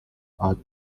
are